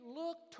look